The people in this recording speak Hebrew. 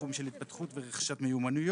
התחום של התפתחות ורכישת מיומנויות,